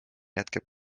jätkab